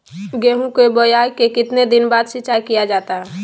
गेंहू की बोआई के कितने दिन बाद सिंचाई किया जाता है?